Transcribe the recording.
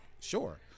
Sure